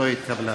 לא התקבלה.